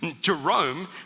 Jerome